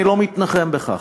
אני לא מתנחם בכך,